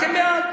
הצבעתם בעד.